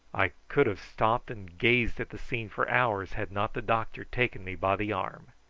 i could have stopped and gazed at the scene for hours had not the doctor taken me by the arm.